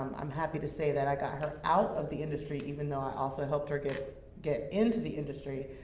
i'm happy to say that i got her out of the industry, even though i also helped her get get into the industry.